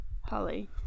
Holly